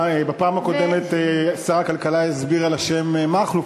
בפעם הקודמת הסביר שר הכלכלה על השם מכלוף.